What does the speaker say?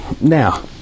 Now